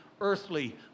earthly